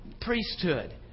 priesthood